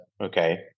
okay